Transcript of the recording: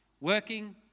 Working